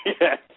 Yes